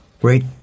great